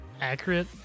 accurate